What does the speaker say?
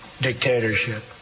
dictatorship